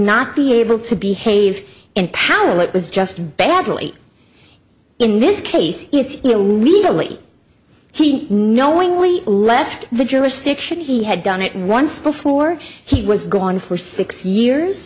not be able to behave in powell it was just badly in this case it's illegally he knowingly left the jurisdiction he had done it once before he was gone for six years